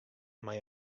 mei